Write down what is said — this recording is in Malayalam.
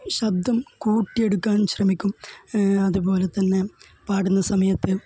ശബ്ദം കൂട്ടിയെടുക്കാന് ശ്രമിക്കും അതുപോലെ തന്നെ പാടുന്ന സമയത്ത്